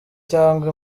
cyangwa